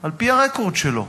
על-פי הרקורד שלו,